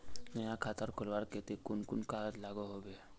नया खाता खोलवार केते कुन कुन कागज लागोहो होबे?